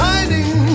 Hiding